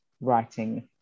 writing